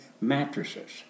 mattresses